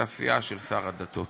הסיעה של שר הדתות